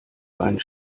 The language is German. einen